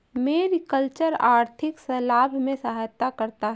mariculture आर्थिक लाभ में सहायता करता है